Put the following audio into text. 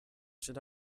should